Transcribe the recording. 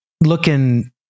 looking